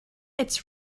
its